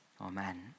amen